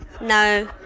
No